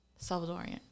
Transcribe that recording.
Salvadorian